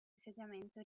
insediamento